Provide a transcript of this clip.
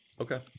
Okay